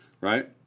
right